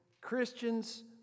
Christians